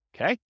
Okay